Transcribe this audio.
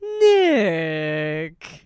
Nick